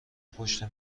پشت